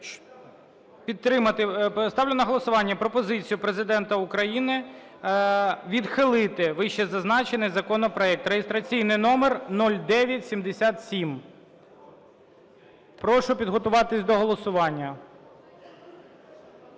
Ставлю на голосування пропозицію Президента України відхилити вищезазначений законопроект (реєстраційний номер 0977). Прошу підготуватися до голосування.